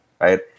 right